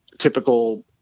typical